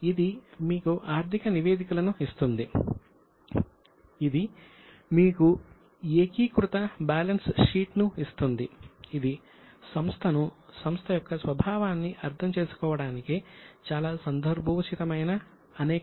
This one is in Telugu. ఇది మీకు ఆర్థిక నివేదికలను ఇస్తుంది ఇది మీకు ఏకీకృత బ్యాలెన్స్ షీట్ ను ఇస్తుంది ఇది సంస్థను సంస్థ యొక్క స్వభావాన్ని అర్థం చేసుకోవడానికి చాలా సందర్భోచితమైన అనేక ఇతర నివేదికలను కూడా ఇస్తుంది